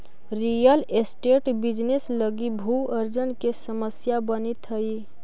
real estate business लगी भू अर्जन के समस्या बनित हई